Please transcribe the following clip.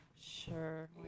Sure